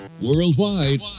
Worldwide